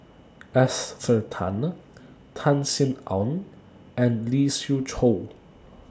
Esther Tan Tan Sin Aun and Lee Siew Choh